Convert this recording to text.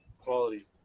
quality